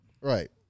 Right